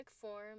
form